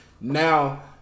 now